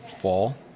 fall